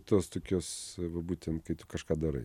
tos tokios būtent kai tu kažką darai